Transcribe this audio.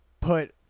put